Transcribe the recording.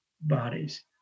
bodies